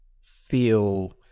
feel